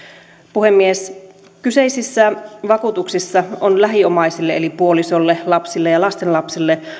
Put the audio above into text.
puhemies kyseisissä vakuutuksissa on ollut lähiomaisille eli puolisolle lapsille ja lastenlapsille